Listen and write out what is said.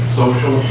social